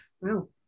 Wow